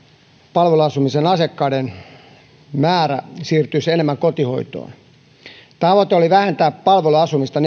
palveluasumisen asiakkaat siirtyisivät enemmän kotihoitoon tavoite oli vähentää palveluasumista